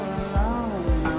alone